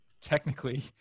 technically